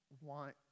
want